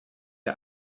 der